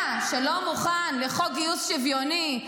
אתה, שלא מוכן לחוק גיוס שוויוני,